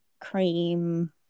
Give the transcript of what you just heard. cream